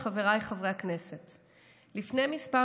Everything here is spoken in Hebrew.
חברת הכנסת ענבר בזק, ואני ממש מתנצלת.